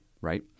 right